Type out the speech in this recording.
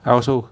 I also